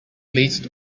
least